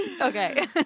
Okay